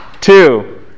Two